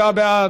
בעד?